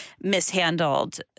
mishandled